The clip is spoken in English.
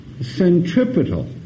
centripetal